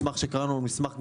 מסמך שקראנו לו מסמך גמישות,